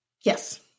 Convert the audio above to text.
Yes